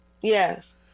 yes